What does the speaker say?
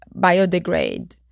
biodegrade